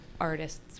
artists